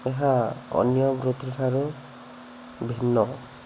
ଏହା ଅନ୍ୟ ବୃତ୍ତିଠାରୁ ଭିନ୍ନ